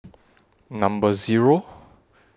Number Zero